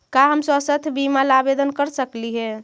का हम स्वास्थ्य बीमा ला आवेदन कर सकली हे?